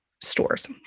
stores